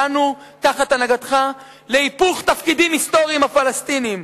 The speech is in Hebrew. הגענו תחת הנהגתך להיפוך תפקידים היסטוריים עם הפלסטינים.